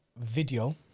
video